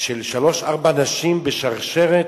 של שלוש, ארבע נשים בשרשרת?